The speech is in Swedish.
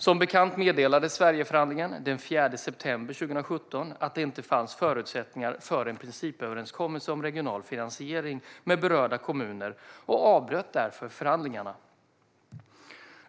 Som bekant meddelade Sverigeförhandlingen den 4 september 2017 att det inte fanns förutsättningar för en principöverenskommelse om regional finansiering med berörda kommuner och avbröt därför förhandlingarna.